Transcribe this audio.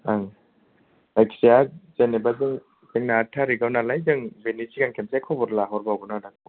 ओं जायखिया जेनेबा जों जोंना आट थारिगाव नालाय जों बिनि सिगां खेबसे खबर लाहरबावगोन आदा